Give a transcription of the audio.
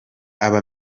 aba